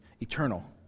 eternal